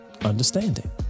understanding